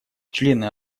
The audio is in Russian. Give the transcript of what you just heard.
члены